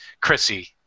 Chrissy